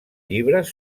llibres